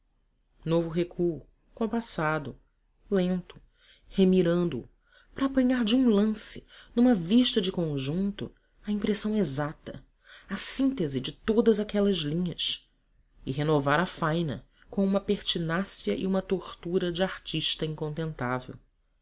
novo recuo compassado lento remirando o para apanhar de um lance numa vista de conjunto a impressão exata a síntese de todas aquelas linhas e renovar a faina com uma pertinácia e uma tortura de artista incontentável